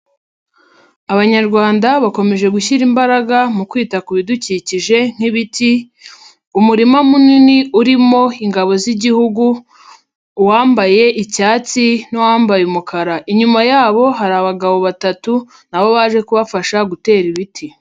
Abanyarwanda bakomeje gushyira imbaraga mu kwita ku bidukikije nk'ibiti, umurima munini urimo ingabo z'igihugu, uwambaye icyatsi n'uwambaye umukara. Inyuma yabo, hari abagabo batatu nabo baje kubafasha gutera ibiti.